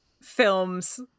films